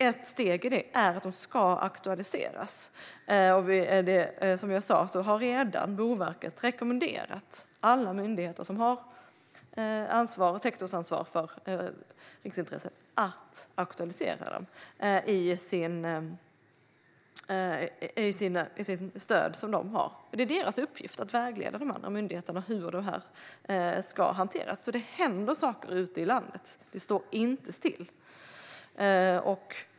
Ett steg i detta är att riksintressena ska aktualiseras. Som jag sa har Boverket redan rekommenderat alla myndigheter som har sektorsansvar för riksintressen att aktualisera dem, för det är deras uppgift att vägleda de andra myndigheterna i hur detta ska hanteras. Det händer saker ute i landet; det står inte still.